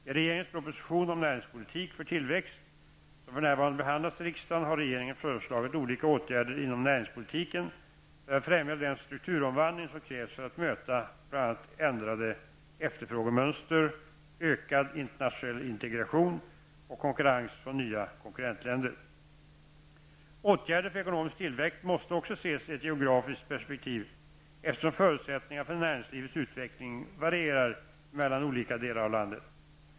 I regeringens proposition om näringspolitik för tillväxt , som för närvarande behandlas i riksdagen, har regeringen föreslagit olika åtgärder inom näringspolitiken för att främja den strukturomvandling som krävs för att möta bl.a. ändrade efterfrågemönster, ökad internationell integration och konkurrens från nya konkurrentländer. Åtgärder för ekonomisk tillväxt måste också ses i ett geografiskt perspektiv, eftersom förutsättningarna för näringslivets utveckling varierar mellan olika delar av landet.